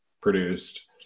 produced